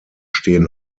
stehen